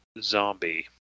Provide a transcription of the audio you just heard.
zombie